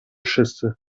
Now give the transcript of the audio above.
wszyscy